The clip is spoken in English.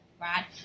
right